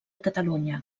catalunya